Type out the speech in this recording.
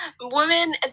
women